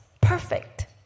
perfect